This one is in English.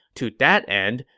to that end,